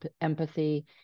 empathy